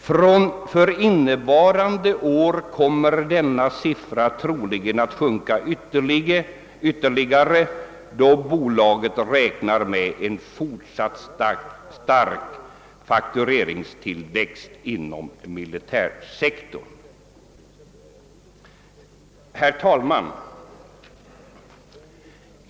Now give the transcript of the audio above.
För innevarande år kommer denna siffra troligen att sjunka ytterligare, då bolaget räknar med en fortsatt stark faktureringstillväxt inom militärsektorn.» Herr talman!